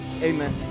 Amen